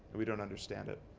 we don't understand it.